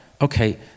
okay